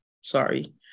sorry